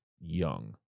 young